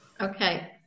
Okay